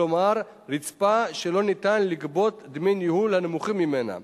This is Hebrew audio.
כלומר רצפה שלא ניתן לגבות דמי ניהול נמוכים ממנה.